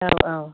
औ औ